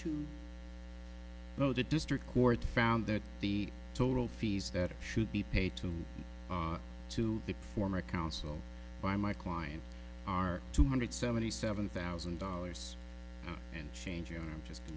you know the district court found that the total fees that should be paid to to the former counsel by my client are two hundred seventy seven thousand dollars and change and i'm just